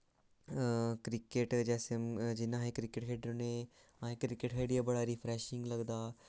cricket जैसे जि'यां अस क्रिकेट खेढने होन्ने अस क्रिकेट खेढियै बड़ा रिफ्रेशिंग लगदा